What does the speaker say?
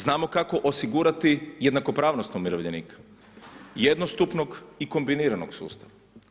Znamo kako osigurati jednakopravnost umirovljenika, jednostupnog i kombiniranog sustava.